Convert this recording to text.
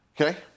Okay